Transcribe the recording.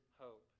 hope